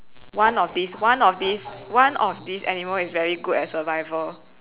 one of this one of this one of this animal is very good at survival